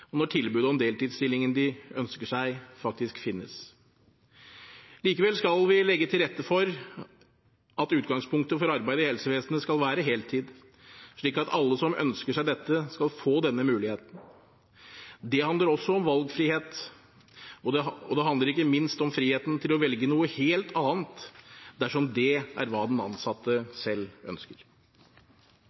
og når tilbudet om deltidsstillingen de ønsker seg, faktisk finnes. Likevel skal vi legge til rette for at utgangspunktet for arbeid i helsevesenet skal være heltid, slik at alle som ønsker seg dette, skal få denne muligheten. Det handler også om valgfrihet. Det handler ikke minst om friheten til å velge noe helt annet dersom det er hva den ansatte selv ønsker.